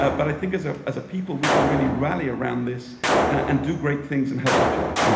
but but i think as ah as a people, we can really rally around this and do great things and help each other